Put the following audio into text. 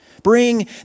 Bring